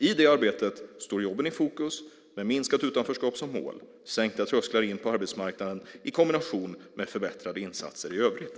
I det arbetet står jobben i fokus med minskat utanförskap som mål och sänkta trösklar in på arbetsmarknaden i kombination med förbättrade insatser i övrigt.